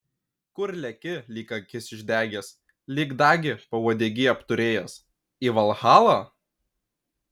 kur leki lyg akis išdegęs lyg dagį pauodegy apturėjęs į valhalą